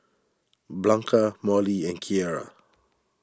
Blanca Molly and Kiera